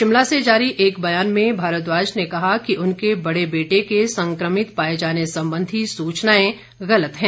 शिमला से जारी एक बयान में भारद्वाज ने कहा कि उनके बड़े बेटे के संक्रमित पाए जाने संबंधी सूचनाएं गलत है